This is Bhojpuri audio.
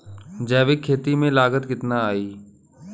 जैविक खेती में लागत कितना आई?